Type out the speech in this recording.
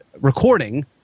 recording